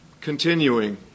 Continuing